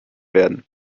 werden